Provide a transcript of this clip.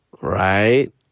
right